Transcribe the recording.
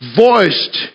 voiced